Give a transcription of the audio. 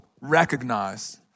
recognize